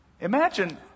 imagine